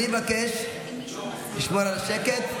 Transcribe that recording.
אני מבקש לשמור על השקט.